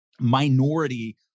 minority